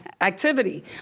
activity